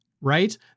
right